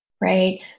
right